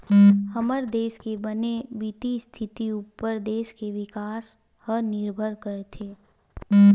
हमर देस के बने बित्तीय इस्थिति उप्पर देस के बिकास ह निरभर करथे